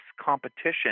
competition